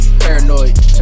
paranoid